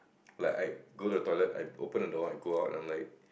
like I go the toilet I open the door and go out don't mind